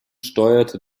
steuerte